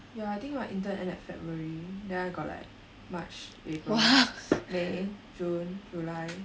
ya I think my intern end at february then I got like march april may june july